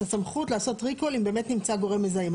הסמכות לעשות ריקול אם באמת נמצא גורם מזהם.